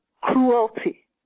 cruelty